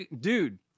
Dude